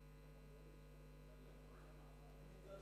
כבוד